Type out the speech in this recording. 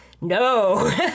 No